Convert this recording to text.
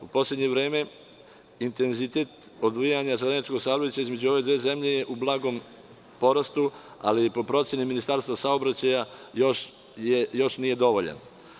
U poslednje vreme intenzitet odvijanja železničkog saobraćaja između ove dve zemlje je u blagom porastu, ali je po proceni Ministarstva saobraćaja još nije dovoljan.